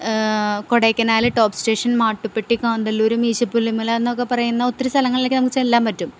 Kodaikanal Top Station Mattupetty Kanthalloor Meesapulimala എന്നൊക്കെ പറയുന്ന ഒത്തിരി സ്ഥലങ്ങള്ലൊക്കെ നമുക്ക് ചെല്ലാൻ പറ്റും